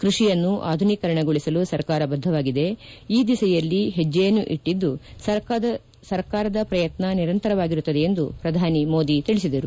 ಕ್ಬಡಿಯನ್ನು ಆಧುನಿಕಗೊಳಿಸಲು ಸರ್ಕಾರ ಬದ್ದವಾಗಿದೆ ಈ ದಿಸೆಯಲ್ಲಿ ಹೆಜ್ನೆಯನ್ನು ಇಟ್ಟಿದ್ದು ಸರ್ಕಾರದ ಪ್ರಯತ್ನ ನಿರಂತರವಾಗಿರುತ್ತದೆ ಎಂದು ಪ್ರಧಾನಿ ಮೋದಿ ತಿಳಿಸಿದರು